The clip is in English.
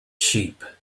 sheep